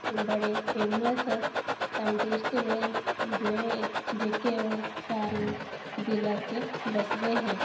बडे famous scientist रेह् कि जेह्डे़ जेह्के ओह् सारे दिलै च बसदे हे